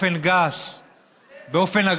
באופן גס,